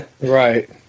right